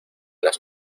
las